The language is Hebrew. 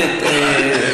באמת,